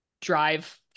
drive